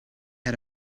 had